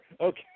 Okay